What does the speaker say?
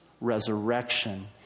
resurrection